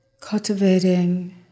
Cultivating